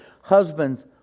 Husbands